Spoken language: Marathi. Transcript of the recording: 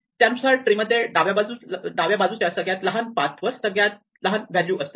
त्यानुसार ट्री मध्ये डाव्या बाजूच्या सगळ्यात लहान पाथ वर सगळ्यात लहान व्हॅल्यू असते